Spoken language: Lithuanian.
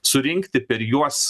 surinkti per juos